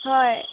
হয়